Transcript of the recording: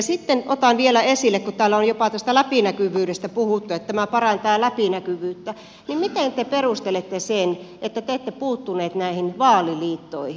sitten otan vielä esille sen kun täällä on jopa tästä läpinäkyvyydestä puhuttu että tämä parantaa läpinäkyvyyttä niin miten te perustelette sen että te ette puuttunut näihin vaaliliittoihin